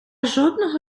жодного